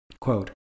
Quote